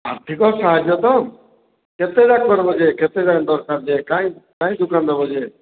ଆର୍ଥିକ ସାହାଯ୍ୟ ତ କେତେ ଯାଏଁ କର୍ବା ଯେ କେତେ ଯାଏଁ ଦର୍କାର୍ ଯେ କାଇଁ କାଇଁ ଦୁକାନ୍ ଦବ ଯେ